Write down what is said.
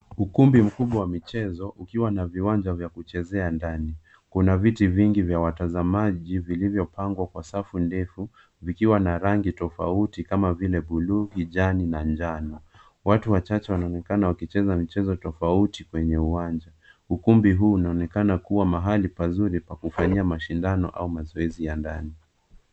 Ukumbi mkubwa wa michezo, ukiwa na viwanja vya kuchezea ndani. Kuna viti vingi vya watazamaji, vilivyopangwa kwa safu ndefu, vikiwa na rangi tofauti kama vile bluu, kijani na njano. Watu wachache wanaonekana wakicheza michezo tofauti kwenye uwanja. Ukumbi huu unaonekana kuwa mahali pazuri pa kufanyia mashindano au mazoezi ya ndani.